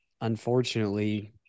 unfortunately